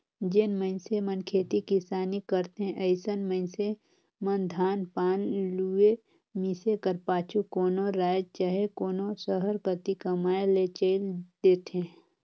जेन मइनसे मन खेती किसानी करथे अइसन मइनसे मन धान पान लुए, मिसे कर पाछू कोनो राएज चहे कोनो सहर कती कमाए ले चइल देथे